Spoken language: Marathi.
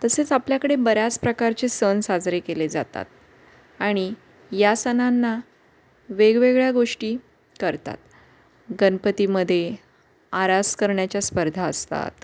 तसेच आपल्याकडे बऱ्याच प्रकारचे सण साजरे केले जातात आणि या सणांना वेगवेगळ्या गोष्टी करतात गणपतीमध्ये आरास करण्याच्या स्पर्धा असतात